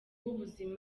w’ubuhinzi